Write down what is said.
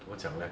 怎么讲 leh